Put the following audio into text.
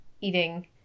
eating